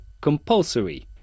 compulsory